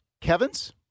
Kevin's